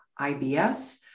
IBS